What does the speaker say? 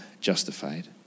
justified